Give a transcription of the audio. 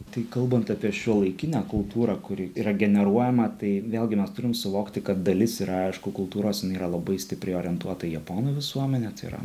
tai kalbant apie šiuolaikinę kultūrą kuri yra generuojama tai vėlgi mes turim suvokti kad dalis yra aišku kultūros jinai yra labai stipriai orientuota į japonų visuomenę tai yra